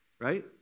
right